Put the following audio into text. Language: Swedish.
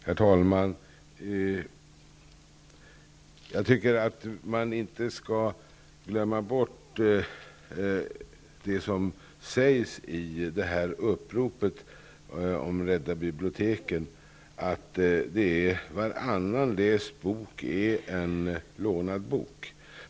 Herr talman! Jag tycker att man inte skall glömma bort vad som sägs i uppropet om att rädda biblioteken. Varannan läst bo är en lånad bok.